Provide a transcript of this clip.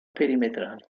perimetrali